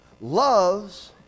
loves